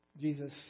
Jesus